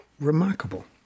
remarkable